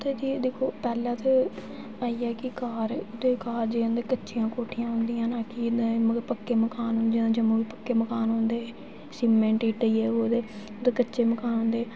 उ'त्थें केह् ऐ दिक्खो पैह्लें ते आइया कि घर घर ते उं'दे कच्चियां कोठियां होंदियां न कि मगर पक्के मकान जम्मू बी पक्के मकान होंदे सीमेंट ईट्ट उद्धर कच्चे मकान